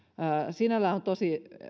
sinällään on tosi